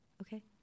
Okay